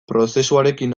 prozesuarekin